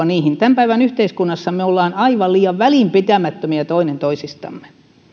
niihin tämän päivän yhteiskunnassa me olemme aivan liian välinpitämättömiä toinen toisistamme